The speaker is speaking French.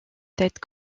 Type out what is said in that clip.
tête